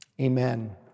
Amen